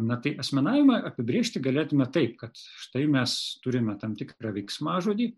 na tai asmenavimą apibrėžti galėtumėme taip kad štai mes turime tam tikrą veiksmažodį